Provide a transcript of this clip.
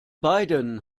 beiden